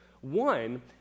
One